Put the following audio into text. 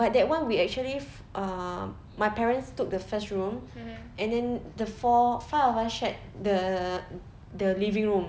but that [one] we actually uh my parents took the first room and then the four five of us right the the living room